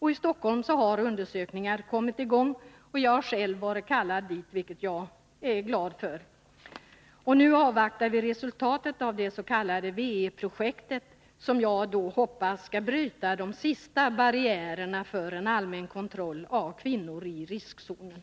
I Stockholm har undersökningar kommit i gång, och jag har själv varit kallad dit, vilket jag är glad för. Nu avvaktar vi resultatet av dets.k. W-E-projektet, som jag hoppas skall bryta de sista barriärerna för en allmän kontroll av kvinnor i riskzonen.